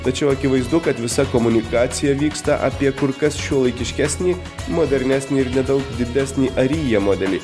tačiau akivaizdu kad visa komunikacija vyksta apie kur kas šiuolaikiškesnį modernesnį ir nedaug didesnį aryja modelį